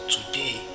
Today